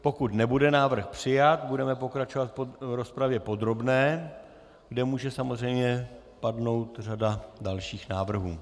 Pokud nebude návrh přijat, budeme pokračovat v rozpravě podrobné, kde může samozřejmě padnout řada dalších návrhů.